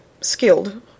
skilled